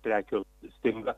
prekių stinga